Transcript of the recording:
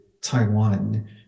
Taiwan